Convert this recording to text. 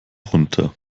runter